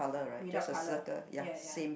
without colour ya ya